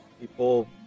people